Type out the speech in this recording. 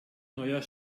neuer